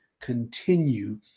continue